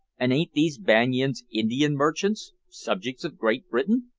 and ain't these banyans indian merchants subjects of great britain?